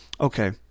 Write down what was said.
Okay